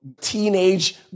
teenage